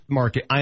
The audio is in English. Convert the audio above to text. market